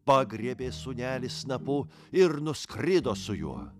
pagriebė sūnelį snapu ir nuskrido su juo